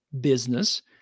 business